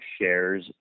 shares